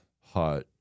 hot